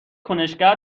کنشگر